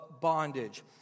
bondage